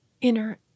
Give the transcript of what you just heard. inner